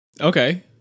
Okay